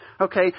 okay